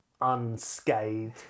unscathed